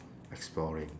exploring